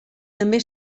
també